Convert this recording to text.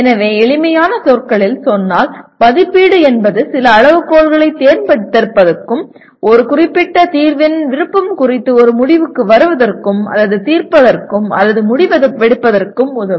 எனவே எளிமையான சொற்களில் சொன்னால் மதிப்பீடு என்பது சில அளவுகோல்களைத் தேர்ந்தெடுப்பதற்கும் இந்த அளவுகோல்களைத் தீர்வுகளுக்குப் பயன்படுத்துவதற்கும் ஒரு குறிப்பிட்ட தீர்வின் விருப்பம் குறித்து ஒரு முடிவுக்கு வருவதற்கும் அல்லது தீர்ப்பதற்கும் அல்லது முடிவெடுப்பதற்கும் உதவும்